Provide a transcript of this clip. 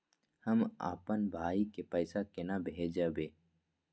हम आपन भाई के पैसा केना भेजबे?